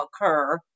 occur